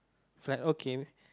flat okay